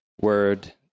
word